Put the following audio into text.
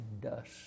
dust